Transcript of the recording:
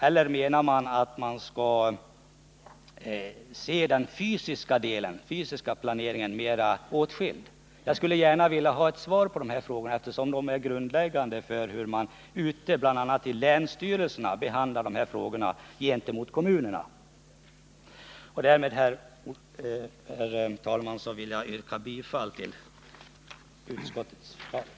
Eller menas att man skall se den fysiska planeringen mera åtskild? Jag skulle gärna vilja ha ett svar på dessa frågor, eftersom de är grundläggande för hur man bl.a. i länsstyrelserna behandlar ' ärenden av detta slag gentemot kommunerna. Därmed, herr talman, vill jag yrka bifall till utskottets förslag.